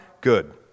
Good